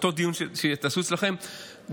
באותו דיון שתעשו אצלכם,